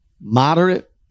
moderate